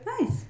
Nice